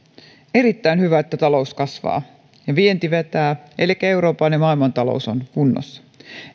erittäin hyvä että talous kasvaa ja vienti vetää elikkä euroopan ja maailman talous on kunnossa